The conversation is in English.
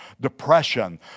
depression